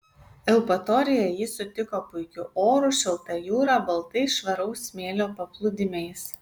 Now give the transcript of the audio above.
eupatorija jį sutiko puikiu oru šilta jūra baltais švaraus smėlio paplūdimiais